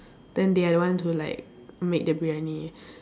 then they are the ones who like made the Briyani